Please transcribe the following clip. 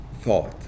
thought